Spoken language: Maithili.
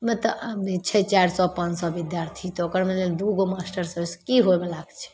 ओहिमे तऽ आबै छै चारि सओ पाँच सओ विद्यार्थी तऽ ओकरामे जे दुइगो मास्टरसे कि होइवला छै